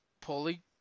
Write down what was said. Pulley